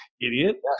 idiot